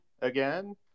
again